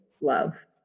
love